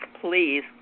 please